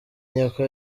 nyoko